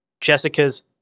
Jessica's